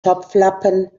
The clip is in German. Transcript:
topflappen